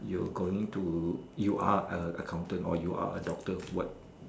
you're going to you are a accountant or you are a doctor what